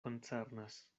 koncernas